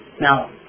Now